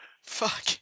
Fuck